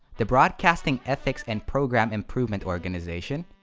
the broadcasting ethics and program improvement organization,